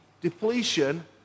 depletion